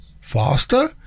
faster